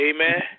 Amen